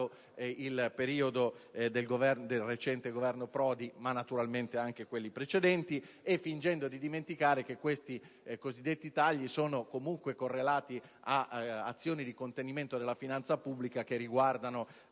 il periodo del recente Governo Prodi, né naturalmente di quelli precedenti, e fingendo di dimenticare che questi cosiddetti tagli sono comunque correlati ad azioni di contenimento della finanza pubblica che riguardano